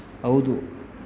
ಹೌದು